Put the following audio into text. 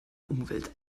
umwelt